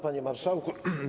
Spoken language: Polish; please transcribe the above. Panie Marszałku!